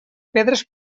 pedres